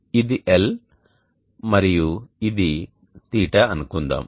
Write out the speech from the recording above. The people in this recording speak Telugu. ఇది L మరియు ఇది θ అనుకుందాం